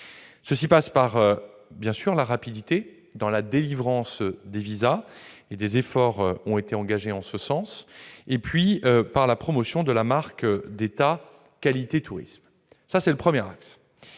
Cela passe par la rapidité dans la délivrance des visas- des efforts ont été engagés en ce sens -et par la promotion de la marque d'État Qualité Tourisme. Deuxième axe